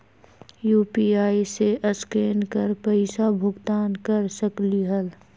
UPI से scan कर पईसा भुगतान कर सकलीहल?